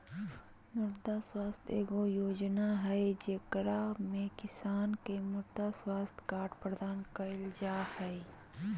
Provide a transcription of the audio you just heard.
मृदा स्वास्थ्य एगो योजना हइ, जेकरा में किसान के मृदा स्वास्थ्य कार्ड प्रदान कइल जा हइ